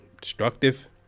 Destructive